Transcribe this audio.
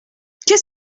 qu’est